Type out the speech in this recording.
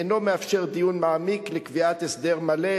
אינו מאפשר דיון מעמיק לקביעת הסדר מלא,